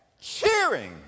Cheering